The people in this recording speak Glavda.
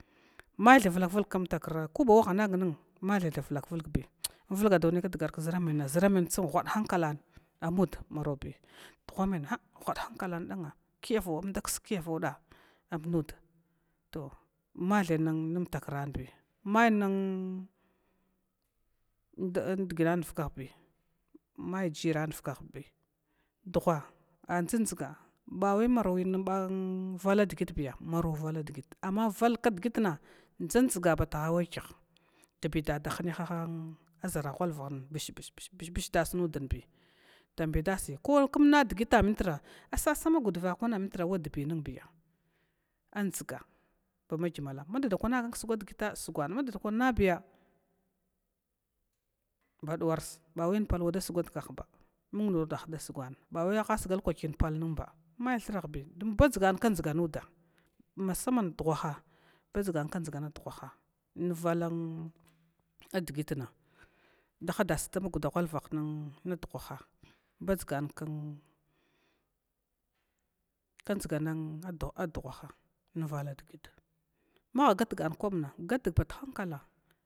Mathal vulakvulg kumtakranag nn mathai tha vulak vulgbi in vulga dawa nai kdagai kʒra manna ʒraman tsam nhad hunkulan amud marobi dugha ha whad hinkalandan anda ksg keviwa amud, to mathai nn takranbi amai nn dginan vakahbi may jiran vakahbi a dʒanga bwai maruwi vala digit ya marau vala digit, amma valk dgitna dʒandʒag batahaiwa kyah dbadada hiyaha ʒara ghulvah bish bisti bish das nudisi, ko km nan dgita assa samagud vatawan amitra dbidasi a dʒanga bagimala dada kwanagan ksgwa dgita sgwah madada kwa nabi baduwar bawai inpal waɗa sugwa dugahba mung wara mung nudha dasugwa bawa asgal kwgy inpal nnba don badʒagnkdfand nuda, masama dughaha badʒgankdʒgan duhaha nvalan a dgitna, daha das dam guda whalvah na dugwava badʒan kdʒana valadig maha gargan kwaban kalan.